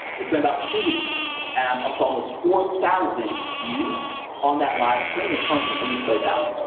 it's been about two weeks and but almost four thousand views on that live stream in terms of replay value.